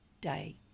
Day